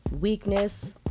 weakness